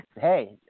hey